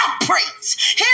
praise